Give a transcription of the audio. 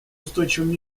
устойчивого